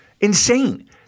insane